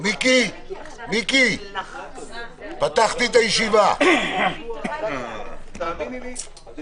אני פותח את ישיבת ועדת החוקה, חוק